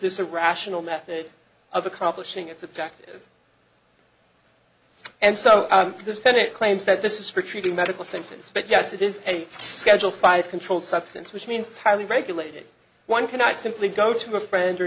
this a rational method of accomplishing its objective and so the senate claims that this is for treating medical sentence but yes it is a schedule five controlled substance which means highly regulated one cannot simply go to a friend